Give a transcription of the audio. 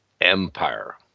empire